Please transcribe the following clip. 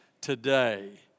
today